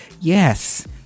yes